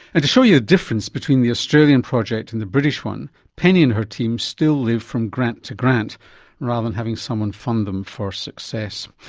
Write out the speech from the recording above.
and to show you the difference between the australian project and the british one, penny and her team still live from grant to grant rather than having someone fund them for success.